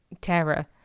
terror